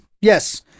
yes